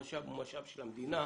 המשאב הוא משאב של המדינה.